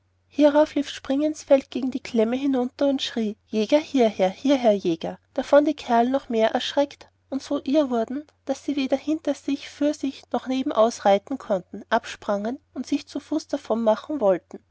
hierauf lief springinsfeld gegen ihnen die klämme herunter und schriee jäger hieher hieher jäger davon die kerl noch mehr erschreckt und so irr wurden daß sie weder hinter sich für sich noch nebenaus reiten konnten absprangen und sich zu fuß davonmachen wollten